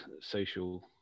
social